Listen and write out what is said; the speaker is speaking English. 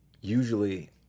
usually